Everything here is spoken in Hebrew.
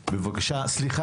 בבקשה.